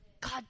God